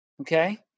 Okay